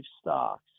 stocks